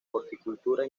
horticultura